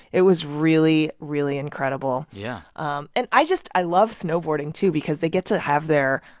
it was really, really incredible yeah um and i just i love snowboarding, too, because they get to have their,